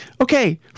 okay